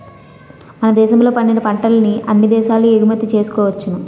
మన దేశంలో పండిన పంటల్ని అన్ని దేశాలకు ఎగుమతి చేసుకోవచ్చును